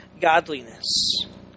godliness